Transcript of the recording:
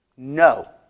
No